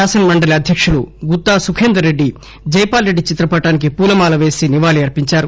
కాసనమండలి అధ్యకులు గుత్తా సుఖేందర్ రెడ్డి జైపాల్ రెడ్డి చిత్రపటానికి పూల మాల పేసి నివాళి అర్పించారు